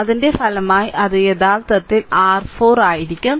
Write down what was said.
അതിന്റെ ഫലമായി അത് യഥാർത്ഥത്തിൽ r 4 ആയിരിക്കും